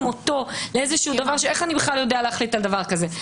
אותו למקום של איך הוא בכלל יודע להחליט על דבר כזה,